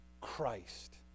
Christ